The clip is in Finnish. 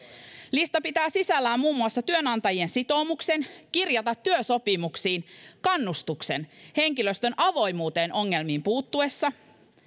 lista pitää sisällään muun muassa työnantajien sitoumuksen kirjata työsopimuksiin kannustuksen henkilöstön avoimuuteen ongelmiin puuttumisessa